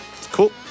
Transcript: Cool